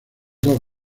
dos